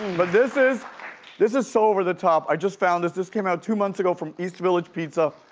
but this is this is so over the top. i just found this. this came out two months ago from east village pizza.